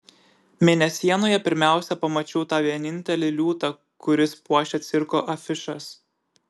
mėnesienoje pirmiausia pamačiau tą vienintelį liūtą kuris puošia cirko afišas